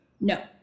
no